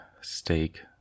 steak